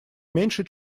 меньше